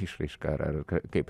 išraiška ar ar kaip